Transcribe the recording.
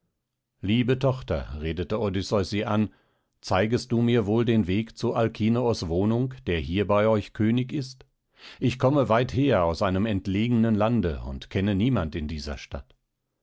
liebe tochter redete odysseus sie an zeigtest du mir wohl den weg zu alkinoos wohnung der hier bei euch könig ist ich komme weither aus einem entlegenen lande und kenne niemand in dieser stadt